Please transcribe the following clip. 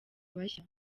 abashya